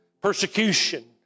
persecution